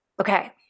Okay